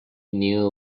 knew